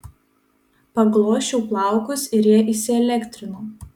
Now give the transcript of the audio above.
paglosčiau plaukus ir jie įsielektrino